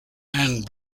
and